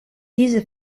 diese